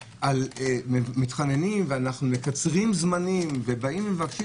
מתחננים ואנחנו מקצרים זמנים ומבקשים